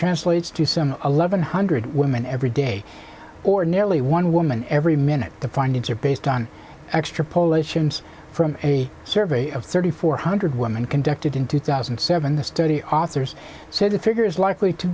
translates to some eleven hundred women every day or nearly one woman every minute the findings are based on extra polish ims from a survey of thirty four hundred women conducted in two thousand and seven the study authors said the figure is likely to